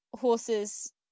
horses